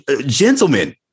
gentlemen